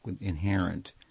inherent